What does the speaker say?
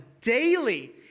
daily